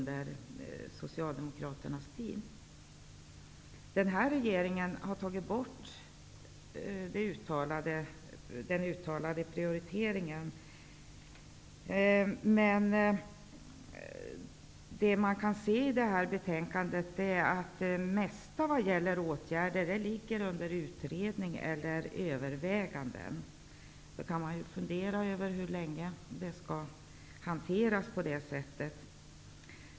Den nuvarande regeringen har tagit bort den uttalade prioriteringen. Det man kan se i detta betänkande är att det mesta som handlar om åtgärder är under utredning eller övervägande. Man kan fundera över hur länge detta skall hanteras på det sättet.